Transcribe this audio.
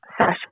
Sasha